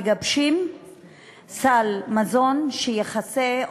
מגבשים סל מזון שיכסה,